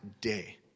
day